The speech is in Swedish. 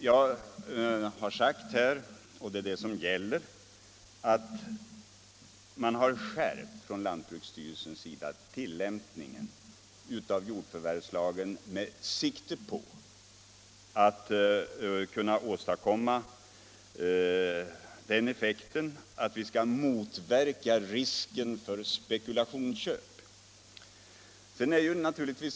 Jag har sagt här — och det är det som nu gäller — att lantbruksstyrelsen har skärpt tillämpningen av jordförvärvslagen med sikte på att kunna åstadkomma effekten, att vi skall motverka risken för spekulationsköp.